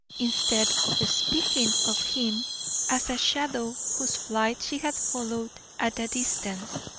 instead of speaking of him as a shadow whose flight she had followed at a distance,